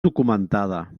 documentada